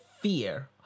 fear